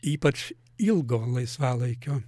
ypač ilgo laisvalaikio